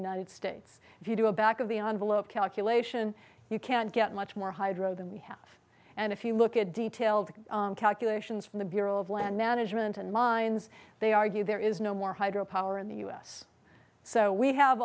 united states if you do a back of the on below calculation you can get much more hydro than we have and if you look at detailed calculations from the bureau of land management and mines they argue there is no more hydro power in the us so we have